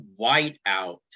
Whiteout